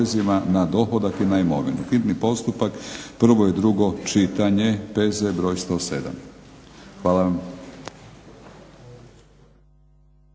Hvala vam.